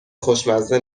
خوشمزه